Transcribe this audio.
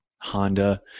Honda